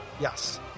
Yes